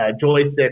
joystick